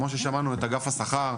כמו ששמענו את אגף השכר,